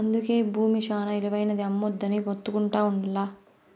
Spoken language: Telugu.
అందుకే బూమి శానా ఇలువైనది, అమ్మొద్దని మొత్తుకుంటా ఉండ్లా